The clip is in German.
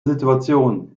situation